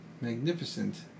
magnificent